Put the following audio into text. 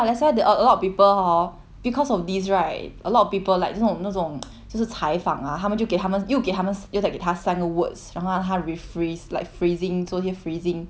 because of this right a lot of people like 那种那种就是采访 ah 他们就给他们又给他们又再给他三个 words 然后他他 rephrase like phrasing 做一些 phrasing 这样子 then I'm like !huh!